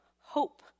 hope